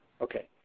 Okay